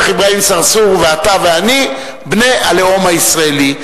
השיח' אברהים צרצור, אתה ואני בני הלאום הישראלי.